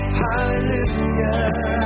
hallelujah